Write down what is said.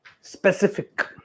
Specific